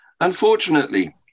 unfortunately